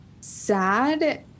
sad